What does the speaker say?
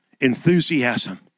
enthusiasm